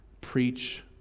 preach